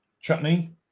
chutney